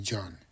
John